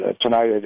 tonight